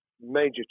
major